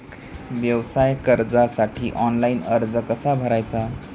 व्यवसाय कर्जासाठी ऑनलाइन अर्ज कसा भरायचा?